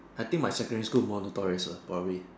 I think my secondary school more notorious uh probably